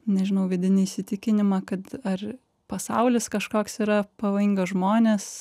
nežinau vidinį įsitikinimą kad ar pasaulis kažkoks yra pavojinga žmonės